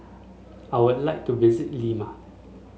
I would like to visit Lima